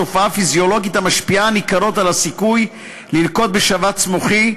תופעה פיזיולוגית המשפיעה ניכרות על הסיכוי ללקות בשבץ מוחי,